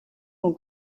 will